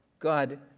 God